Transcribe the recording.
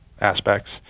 aspects